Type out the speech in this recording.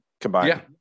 combined